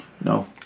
No